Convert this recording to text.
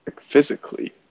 physically